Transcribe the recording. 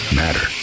matter